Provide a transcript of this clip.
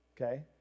okay